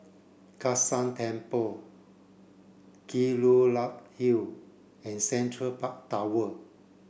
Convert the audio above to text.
Kai San Temple Kelulut Hill and Central Park Tower